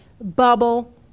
bubble